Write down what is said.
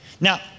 Now